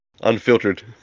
Unfiltered